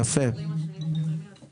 אתה לא שם לעצמך יעד?